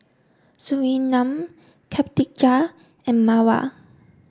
Surinam Khatijah and Mawar